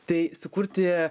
tai sukurti